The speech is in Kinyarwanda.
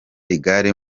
igare